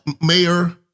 mayor